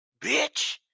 bitch